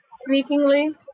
Sneakingly